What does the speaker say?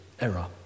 error